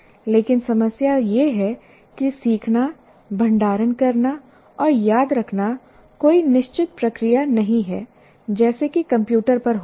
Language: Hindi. लेकिन समस्या यह है कि सीखना भंडारण करना और याद रखना कोई निश्चित प्रक्रिया नहीं है जैसा कि कंप्यूटर पर होता है